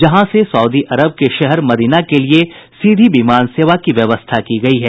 जहां से Saudi Arab के शहर मदीना के लिए सीधी विमान सेवा की व्यवस्था की गयी है